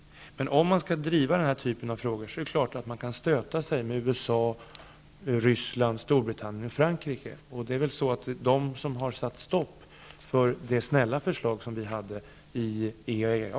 Om man skall driva denna typ av frågor är det klart att man kan stöta sig med USA, Ryssland, Storbritannien och Frankrike. Det är de som har satt stopp för det snälla förslag som vi lade fram i IAEA.